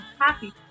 happy